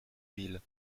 villes